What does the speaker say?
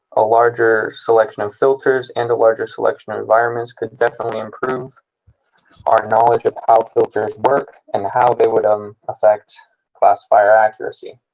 a larger selection of filters and a larger selection of environments could definitely improve our knowledge of filters work and how they would um affect classifier accuracy.